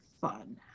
fun